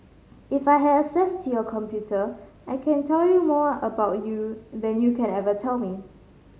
if I had access into your computer I can tell you more about you than you can ever tell me